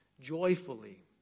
joyfully